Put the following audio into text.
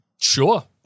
Sure